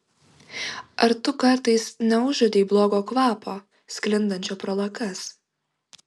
ar tu kartais neužuodei blogo kvapo sklindančio pro lakas